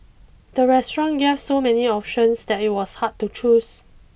the restaurant gave so many options that it was hard to choose